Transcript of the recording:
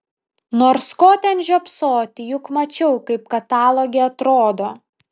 nors ko ten žiopsoti juk mačiau kaip kataloge atrodo